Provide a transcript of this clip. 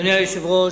אדוני היושב-ראש,